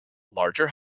larger